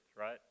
right